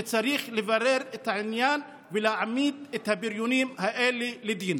שצריך לברר את העניין ולהעמיד את הבריונים האלה לדין.